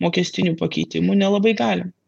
mokestinių pakeitimų nelabai galim